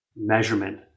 measurement